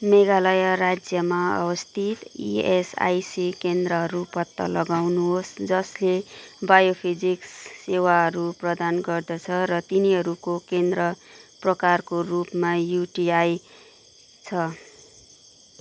मेघालय राज्यमा अवस्थित इएसआइसी केन्द्रहरू पत्ता लगाउनुहोस् जसले बायोफिजिक्स सेवाहरू प्रदान गर्दछ र तिनीहरूको केन्द्र प्रकारको रूपमा युटिआई छ